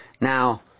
Now